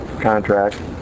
contract